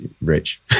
rich